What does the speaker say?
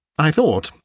i thought,